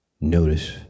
notice